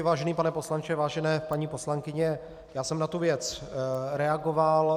Vážený pane poslanče, vážené paní poslankyně, já jsem na tu věc reagoval.